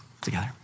together